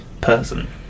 person